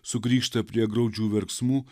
sugrįžta prie graudžių verksmų